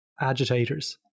agitators